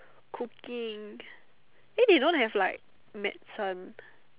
cooking eh they don't have like medicine